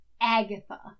Agatha